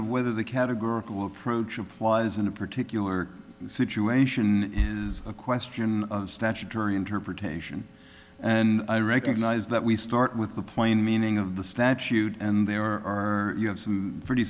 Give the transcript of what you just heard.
of whether the categorical approach applies in a particular situation is a question of statutory interpretation and i recognize that we start with the plain meaning of the statute and there are you have some pretty